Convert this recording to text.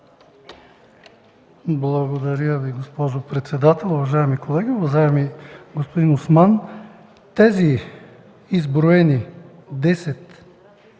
Благодаря Ви, госпожо председател. Уважаеми колеги, уважаеми господин Осман, изброените 10